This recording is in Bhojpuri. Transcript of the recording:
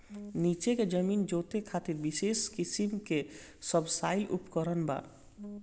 नीचे के जमीन जोते खातिर विशेष किसिम के सबसॉइल उपकरण बा